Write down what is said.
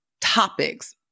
topics